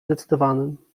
zdecydowanym